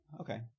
Okay